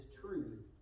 truth